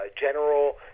general